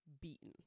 beaten